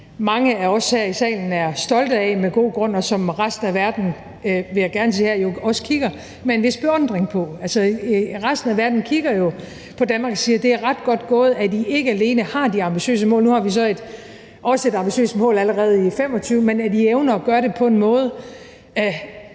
mange af os her i salen er stolte af med god grund, og som resten af verden, vil jeg gerne sige her, jo også kigger med en vis beundring på. Resten af verden kigger på Danmark og siger: Det er ret godt gået, at I ikke alene har de ambitiøse mål – og nu har vi så også et ambitiøst mål allerede i 2025 – men at I evner at gøre det på en måde,